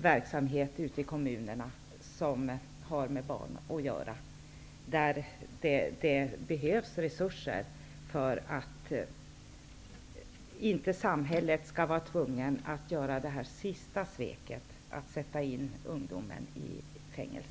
verksamheter ute i kommunerna som har med barnen att göra där det behövs resurser för att inte samhället skall behöva begå det sista sveket och sätta in den unga människan i fängelse.